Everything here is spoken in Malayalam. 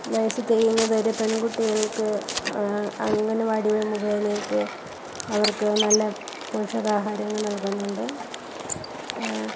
വയസ്സ് തികയുന്നത് വരെ പെൺകുട്ടികൾക്ക് അംഗനവാടികൾ മുഖേനെയൊക്കെ അവർക്ക് നല്ല പോഷകാഹാരങ്ങൾ നൽകുന്നുണ്ട്